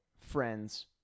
friends